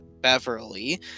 Beverly